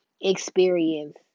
experience